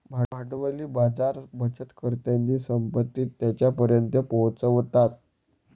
भांडवली बाजार बचतकर्त्यांची संपत्ती त्यांच्यापर्यंत पोहोचवतात